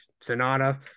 Sonata